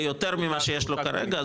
יותר ממה שיש לו כרגע,